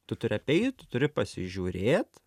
tu turi apeit turi pasižiūrėt